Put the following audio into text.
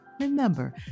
Remember